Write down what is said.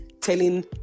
telling